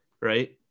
right